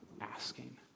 asking